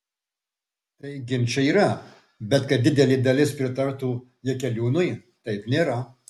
tai ginčai yra bet kad didelė dalis pritartų jakeliūnui taip nėra